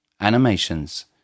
animations